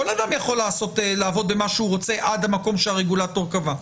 כל אדם יכול לעבוד במה שהוא רוצה עד המקום שהרגולטור קבע.